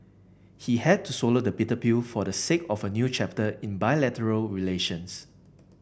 he had to swallow the bitter pill for the sake of a new chapter in bilateral relations